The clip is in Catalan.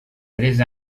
tres